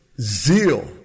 zeal